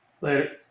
later